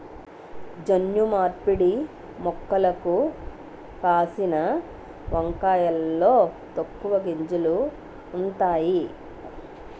జన్యు మార్పిడి మొక్కలకు కాసిన వంకాయలలో తక్కువ గింజలు ఉంతాయి